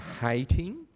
hating